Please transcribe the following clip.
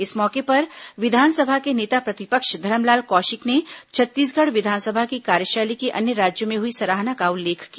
इस मौके पर विधानसभा के नेता प्रतिपक्ष धरमलाल कौशिक ने छत्तीसगढ़ विधानसभा की कार्यशैली की अन्य राज्यों में हुई सराहना का उल्लेख किया